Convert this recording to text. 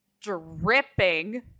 dripping